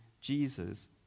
Jesus